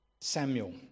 Samuel